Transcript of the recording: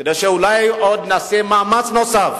כדי שנעשה מאמץ נוסף,